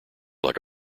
like